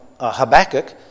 Habakkuk